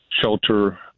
shelter